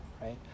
right